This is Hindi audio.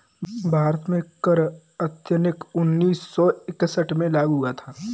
भारत में कर अधिनियम उन्नीस सौ इकसठ में लागू हुआ था